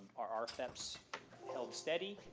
our our rfeps held steady.